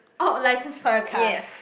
oh license for your car